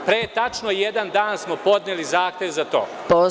Pre tačno jedan dan smo podneli zahtev za to.